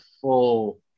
full